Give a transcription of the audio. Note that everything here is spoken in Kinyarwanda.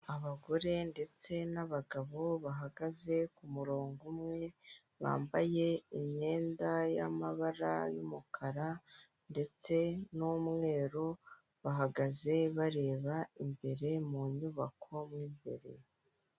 Abagore ndetse n'abagabo bahagaze kumurongo umwe bambaye imyenda y'ambara y'umukara ndetse n'umweru bahagaze bareba imbere mu nyubako mo imbere.